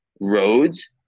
roads